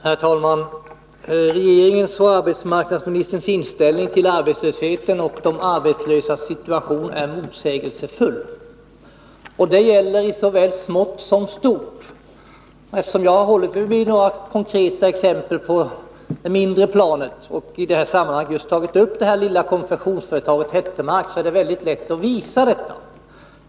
Herr talman! Regeringens och arbetsmarknadsministerns inställning till arbetslösheten och de arbetslösas situation är motsägelsefull. Det gäller i såväl smått som stort. Eftersom jag har hållit mig till några konkreta exempel på det lägre planet och tagit upp bl.a. det lilla konfektionsföretaget Hettemarks är det lätt att visa detta.